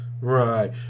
Right